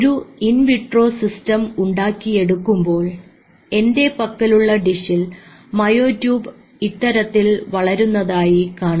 ഒരു in vitro system ഉണ്ടാക്കിയെടുക്കുമ്പോൾ എൻറെ പക്കലുള്ള ഡിഷിൽ മായോ ട്യൂബ്സ് ഇത്തരത്തിൽ വളരുന്നതായി കാണാം